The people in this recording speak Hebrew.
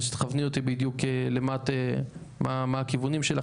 שתכווני אותי בדיוק מה הכיוונים שלך?